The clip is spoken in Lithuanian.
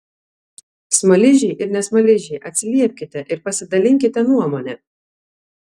smaližiai ir ne smaližiai atsiliepkite ir pasidalinkite nuomone